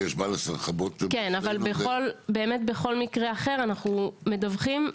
בכל מקרה אחר אנחנו מדווחים,